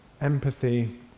empathy